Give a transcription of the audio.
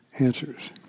answers